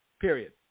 period